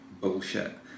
bullshit